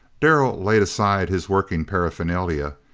darrell laid aside his working paraphernalia,